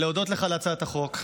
אני רוצה להודות לך על הצעת החוק.